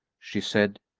she said,